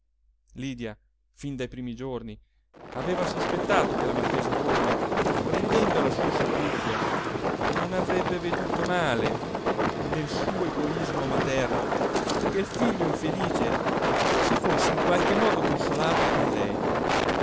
lydia fin dai primi giorni aveva sospettato che la marchesa borghi prendendola al suo servizio non avrebbe veduto male nel suo egoismo materno che il figlio infelice si fosse in qualche modo consolato con lei